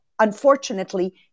unfortunately